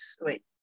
Wait